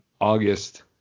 august